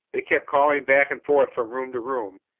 they kept calling back and forth from room to room,